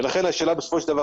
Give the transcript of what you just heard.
לכן השאלה בסופו של דבר,